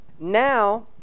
Now